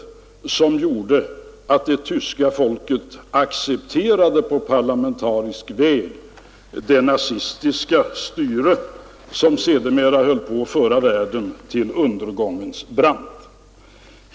Detta gjorde att det tyska folket på parlamentarisk väg införde det nazistiska styre som sedermera höll på att föra världen till undergångens brant.